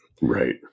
Right